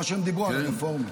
כמו שהם דיברו על הרפורמה.